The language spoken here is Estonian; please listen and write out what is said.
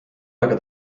aega